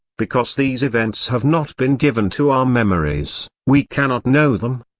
because these events have not been given to our memories, we cannot know them.